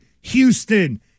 Houston